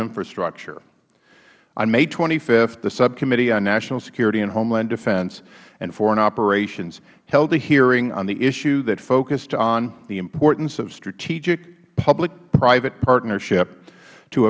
infrastructure on may twenty five the subcommittee on national security and homeland defense and foreign operations held a hearing on the issue that focused on the importance of strategic public private partnership to